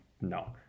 No